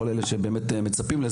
כי זה לא קורה, לכל אלה שבאמת מצפים לזה.